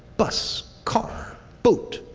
bus, car, boat,